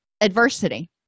adversity